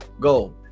Go